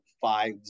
five